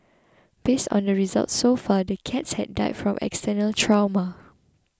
based on the results so far the cats had died from external trauma